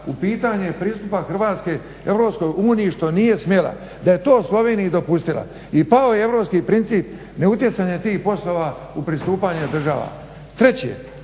u pitanje pristupa Hrvatske EU što nije smjela, da je to Sloveniji dopustila. I pao je europski princip neutjecanja tih poslova u pristupanju država.